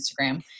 Instagram